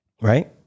Right